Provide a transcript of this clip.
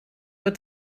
wird